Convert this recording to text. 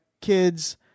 kids